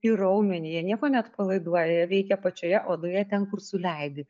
į raumenį jie nieko neatpalaiduoja jie veikia pačioje odoje ten kur suleidi